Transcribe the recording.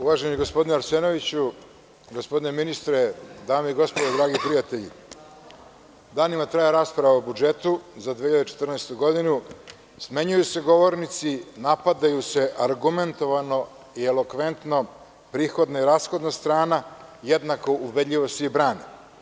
Uvaženi gospodine Arsenoviću, gospodine ministre, dame i gospodo dragi prijatelji, danima traje rasprava o budžetu za 2014. godinu, smenjuju se govornici, napadaju se argumentovano i elokventno, prihodna i rashodna strana jednako ubedljivo se i brani.